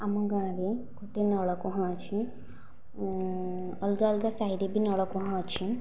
ଆମ ଗାଁରେ ଗୋଟିଏ ନଳକୂଅ ଅଛି ଅଲଗା ଅଲଗା ସାହିରେ ବି ନଳକୂଅ ଅଛି